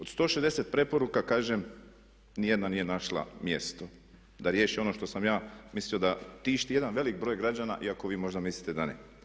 Od 160 preporuka kažem ni jedna nije našla mjesto da riješi ono što sam ja mislio da tišti jedan velik broj građana iako vi možda mislite da ne.